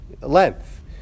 length